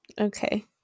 okay